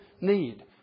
need